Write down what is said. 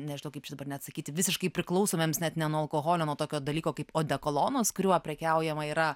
nežinau kaip čia dabar net sakyti visiškai priklausomiems net ne nuo alkoholio nuo tokio dalyko kaip odekolonas kuriuo prekiaujama yra